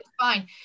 fine